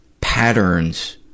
patterns